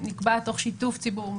נקבעת תוך שיתוף ציבור,